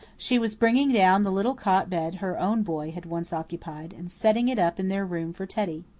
she was bringing down the little cot bed her own boy had once occupied, and setting it up in their room for teddy.